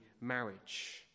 marriage